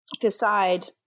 decide